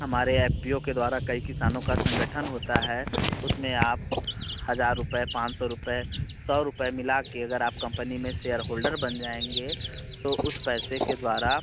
हमारे F P O के द्वारा कई किसानों का संगठन होता है उसमें आप हजार रुपए पाँच सौ रुपए सौ रुपए मिला के अगर आप कम्पनी में शेयर होल्डर बन जाएंगे तो उस पैसे के द्वारा